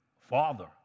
father